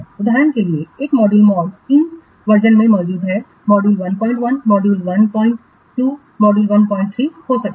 उदाहरण के लिए एक मॉड्यूल मॉड तीन संस्करणों में मौजूद है मॉड्यूल 11 मॉड्यूल 11 मॉड्यूल 13 हो सकता है